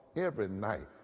every night.